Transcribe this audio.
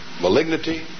malignity